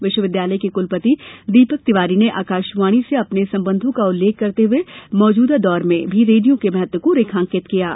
विश्वविद्यालय के कुलपति दीपक तिवारी ने ने आकाशवाणी से अपनो संबंधों का उल्लेख करते हये मौजूदा दौर में भी रेडियो के महत्व को रेखाकिंत किया है